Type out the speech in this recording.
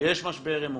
יש משבר אמון,